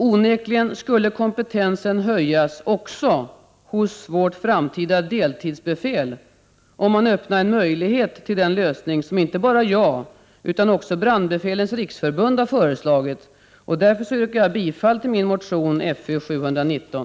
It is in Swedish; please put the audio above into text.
Onekligen skulle kompetensen höjas också hos framtida deltidsbefäl om en möjlighet öppnades till den lösning som inte bara jag utan också Brandbefälens riksförbund har föreslagit. Därför yrkar jag bifall till min motion Fö719.